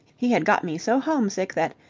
he had got me so homesick that,